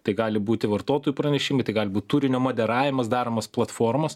tai gali būti vartotojų pranešimai tai gali būt turinio moderavimas daromas platformos